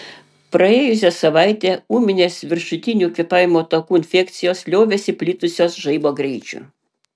praėjusią savaitę ūminės viršutinių kvėpavimo takų infekcijos liovėsi plitusios žaibo greičiu